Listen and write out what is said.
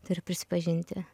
turiu prisipažinti